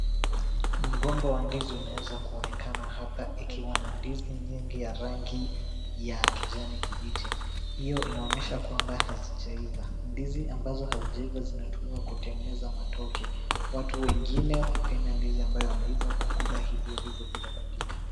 Mgomba wa ndizi unaweza kuonekana hapa ikiwa na ndizi mingi ya rangi ya kijani kibichi, hiyo inaonyesha kwamba hazijaiva, ndizi ambazo hazijaiva zinatumiwa kutengeneza matoke, watu wengine wanapende ndizi ambazo zimeiva kukula hivo bila kupika.